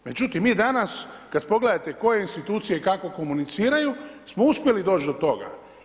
Međutim mi danas kada pogledate koje institucije kako komuniciraju smo uspjeli doć do toga.